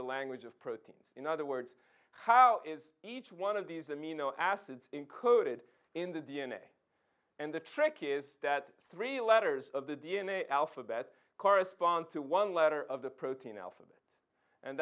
the language of proteins in other words how is each one of these amino acids included in the d n a and the trick is that three letters of the d n a alphabet correspond to one letter of the protein a